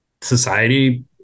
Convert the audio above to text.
society